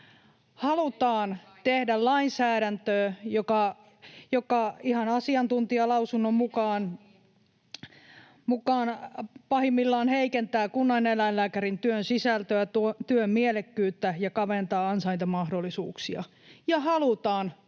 Halutaan tehdä lainsäädäntöä, joka ihan asiantuntijalausunnon mukaan pahimmillaan heikentää kunnaneläinlääkärin työn sisältöä ja työn mielekkyyttä ja kaventaa ansaintamahdollisuuksia. Halutaan